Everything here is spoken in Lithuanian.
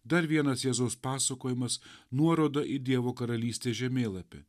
dar vienas jėzaus pasakojimas nuoroda į dievo karalystės žemėlapį